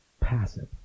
passive